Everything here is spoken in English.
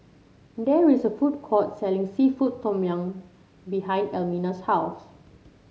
there is a food court selling seafood Tom Yum behind Elmina's house